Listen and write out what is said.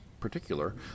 particular